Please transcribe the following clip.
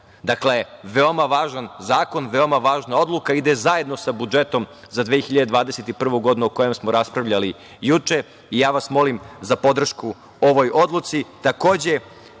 Dakle, veoma važan zakon, veoma važna odluka, ide zajedno sa budžetom za 2021. godinu, o kojem smo raspravljali juče, i ja vas molim za podršku ovoj odluci. Takođe,